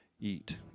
eat